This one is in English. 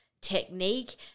technique